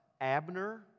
Abner